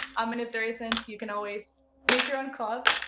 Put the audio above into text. i mean if there isn't, you can always make your own club!